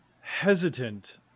hesitant